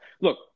look